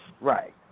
Right